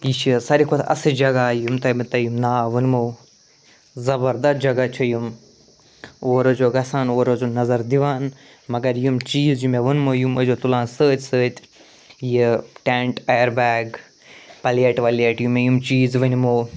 یہِ چھِ سارِوٕے کھۄتہٕ اصٕل جگہ یِم توہہِ بہٕ تۄہہِ ناو ؤنۍ مو زبردست جگہ چھِ یِم اور ٲسۍ زیٛو گژھان اور ٲسۍ زیٛو نظر دِوان مگر یِم چیٖز یِم مےٚ ؤنۍ مو یِم ٲسۍ زیٛو تُلان سۭتۍ سۭتۍ یہِ ٹیٚنٛٹ اَیَربیگ پَلیٹ وَلیٹ یِم مےٚ یِم چیٖز ؤنۍ مو